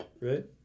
Right